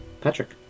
Patrick